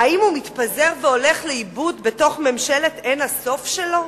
האם הוא מתפזר והולך לאיבוד בתוך ממשלת האין-סוף שלו?